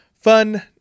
fun